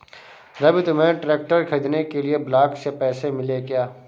रवि तुम्हें ट्रैक्टर खरीदने के लिए ब्लॉक से पैसे मिले क्या?